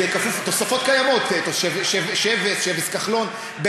תוספות קיימות, שבס, שבס-כחלון.